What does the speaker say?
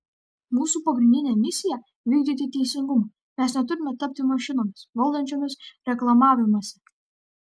mūsų pagrindinė misija vykdyti teisingumą mes neturime tapti mašinomis valdančiomis reklamavimąsi